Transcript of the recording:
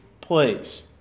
place